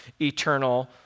eternal